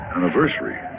Anniversary